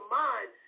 mind